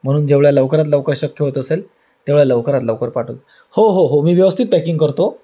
म्हणून जेवढ्या लवकरात लवकर शक्य होत असेल तेवढ्या लवकरात लवकर पाठवून हो हो हो मी व्यवस्थित पॅकिंग करतो